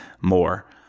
more